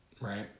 right